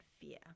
fear